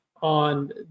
on